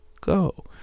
go